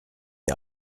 des